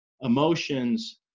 emotions